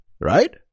right